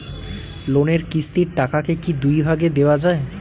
লোনের কিস্তির টাকাকে কি দুই ভাগে দেওয়া যায়?